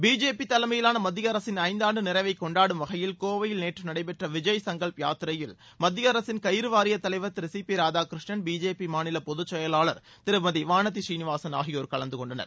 BJP தலைமையிலான மத்திய அரசின் ஐந்தாண்டு நிறைவைக் கொண்டாடும் வகையில் கோவையில் நேற்று நடைபெற்ற விஜய் சங்கல்ப் யாத்திரையில் மத்திய அரசின் கயிறு வாரியத் தலைவர் திரு சி பி ராதாகிருஷ்ணன் பிஜேபி மாநில பொதுச் செயலாளர் திருமதி வானதி ஸ்ரீநிவாசன் ஆகியோர் கலந்து கொண்டனர்